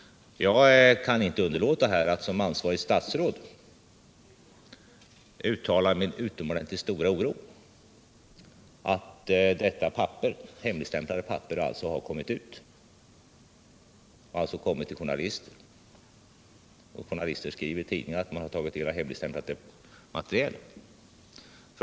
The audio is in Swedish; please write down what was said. Jag kan inte underlåta att som ansvarigt statsråd uttala min utomordentligt stora oro över alt detta hemligstämplade papper kommit ut. Journalisterna skriver i tidningar att man tagit del av hemligstämplat material.